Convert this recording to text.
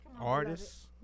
artists